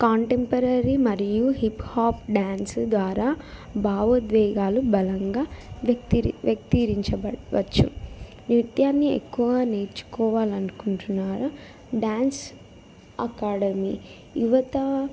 contemporary మరియు hip hop dance ద్వారా భావోద్వేగాలు బలంగా వ్యక్తి వ్యక్తీకరించబడవచ్చు నృత్యాన్ని ఎక్కువగా నేర్చుకోవాలి అనుకుంటున్నారా డ్యాన్స్ అకాడమీ యువత